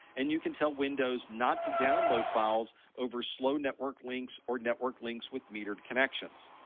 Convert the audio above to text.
and you can tell windows not to download files over slow network links, or network links with metered connections.